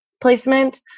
placement